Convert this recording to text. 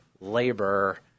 labor